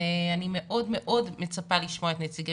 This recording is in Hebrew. אני מאוד מאוד מצפה לשמוע את נציגי